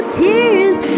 tears